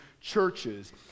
churches